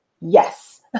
Yes